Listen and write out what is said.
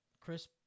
Chris